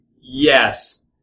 Yes